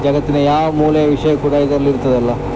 ಜಗತ್ತಿನ ಯಾವ ಮೂಲೆ ವಿಷಯ ಕೂಡ ಇದ್ರಲ್ಲಿ ಇರ್ತದಲ್ಲ